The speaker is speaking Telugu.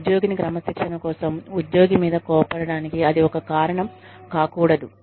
ఉద్యోగిని క్రమశిక్షణ కోసం ఉద్యోగి మీద కోపపడడానికి అది ఒక కారణం కాకూడదు